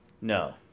No